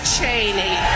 Cheney